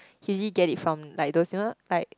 he usually get it from those you know like